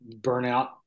burnout